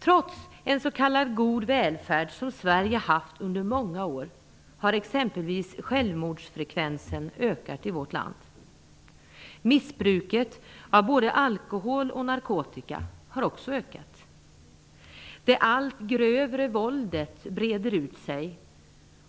Trots en s.k. god välfärd, som Sverige haft under många år, har exempelvis självmordsfrekvensen ökat i vårt land. Också missbruket av alkohol och narkotika har ökat. Det allt grövre våldet breder ut sig,